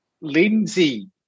Lindsay